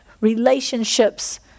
relationships